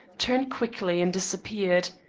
turned quickly, and disappeared.